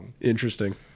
Interesting